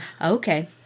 Okay